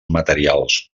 materials